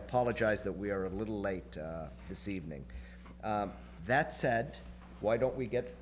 apologize that we are a little late this evening that said why don't we get